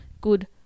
good